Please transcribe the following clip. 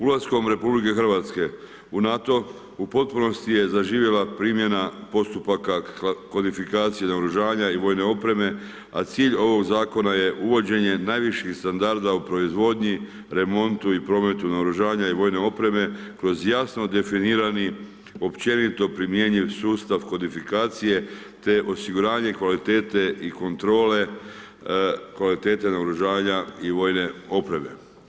Ulaskom RH u NATO u potpunosti je zaživjela primjena postupaka kvalifikacije naoružavanja i vojne opreme, a cilj ovog zakona je uvođenje najviših standarda u proizvodnji, remontnu i prometu naoružavanja i vojne opreme kroz jasno definirani, općenito primjenjiv sustav kodifikacije te osiguranje kvalitete i kontrole kvalitete naoružavanja i vojne opreme.